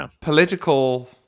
political